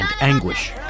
anguish